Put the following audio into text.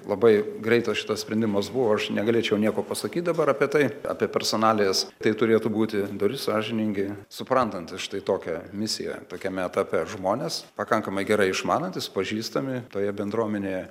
labai greitas šitas sprendimas buvo aš negalėčiau nieko pasakyt dabar apie tai apie personalijas tai turėtų būti dori sąžiningi suprantant štai tokią misiją tokiame etape žmonės pakankamai gerai išmanantys pažįstami toje bendruomenėje